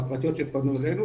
המסגרות הפרטיות שפנו אלינו,